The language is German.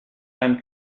einem